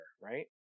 right